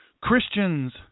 Christians